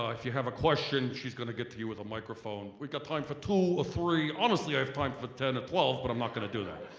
if you have a question she's gonna get to you with a microphone. we've got time for two or three honestly i have time for ten or twelve but i'm not gonna do that.